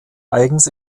eigens